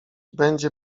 będzie